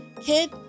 Kid